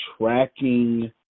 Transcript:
tracking